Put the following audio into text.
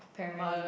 parent